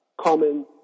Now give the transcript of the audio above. common